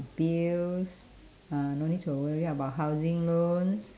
bills uh no need to worry about housing loans